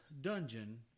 dungeon